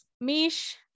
mish